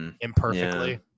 imperfectly